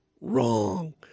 wrong